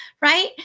right